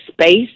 space